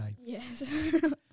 Yes